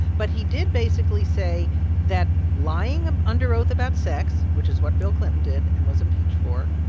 but he did basically say that lying um under oath about sex, which is what bill clinton did and was impeached for,